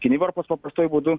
kinivarpos paprastuoju būdu